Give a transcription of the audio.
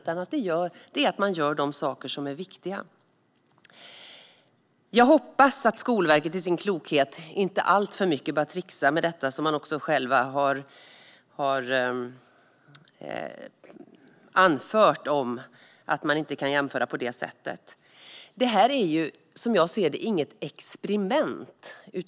Man ska göra de saker som är viktiga. Jag hoppas att Skolverket, i sin klokhet, inte börjar trixa alltför mycket med detta. Skolverket har själv anfört att det inte går att jämföra på det sättet. Det här är, som jag ser det, inget experiment.